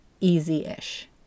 easy-ish